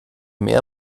mehr